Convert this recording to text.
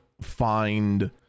find